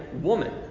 woman